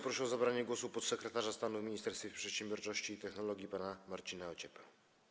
Proszę o zabranie głosu podsekretarza stanu w Ministerstwie Przedsiębiorczości i Technologii pana Marcina Ociepę.